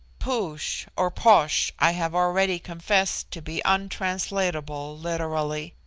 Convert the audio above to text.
poosh or posh i have already confessed to be untranslatable literally.